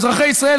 אזרחי ישראל,